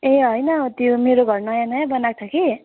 ए होइन त्यो मेरो घर नयाँ नयाँ बनाएको छ कि